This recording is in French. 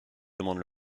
demande